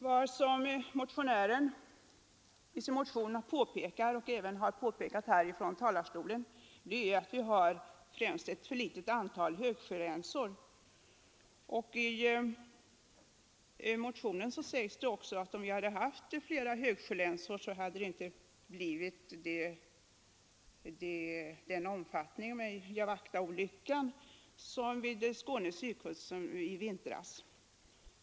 Vad motionären påpekar i motionen och även har framhållit från talarstolen är främst att vi har ett alltför litet antal högsjölänsor. I motionen sägs också att Jawachtaolyckan utanför Skånes sydkust i vintras inte skulle ha fått så stor omfattning om vi hade haft flera högsjölänsor.